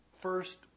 first